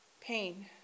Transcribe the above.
pain